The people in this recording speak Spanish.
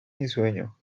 ensueño